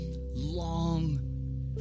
long